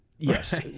Yes